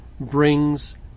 brings